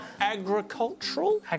agricultural